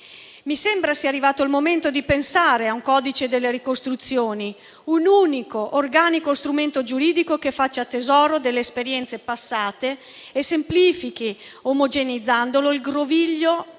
Mi sembra sia arrivato il momento di pensare a un codice delle ricostruzioni, un unico e organico strumento giuridico che faccia tesoro delle esperienze passate e semplifichi, omogeneizzandolo, il groviglio